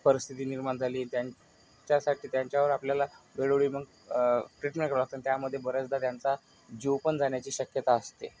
परिस्थिती निर्माण झाली त्यांच्यासाठी त्यांच्यावर आपल्याला वेळोवेळी मग ट्रीटमेंट करावी लागते आणि त्यांच्यामध्ये बरेचदा त्यांचा जीव पण जाण्याची शक्यता असते